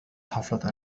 حفلة